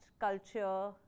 culture